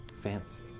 fancy